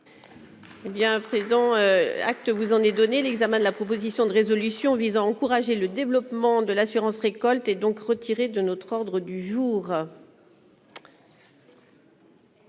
y a un président acte vous en ai donné l'examen de la proposition de résolution visant à encourager le développement de l'assurance récolte et donc retiré de notre ordre du jour.